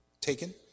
taken